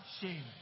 shame